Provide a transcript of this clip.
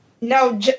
No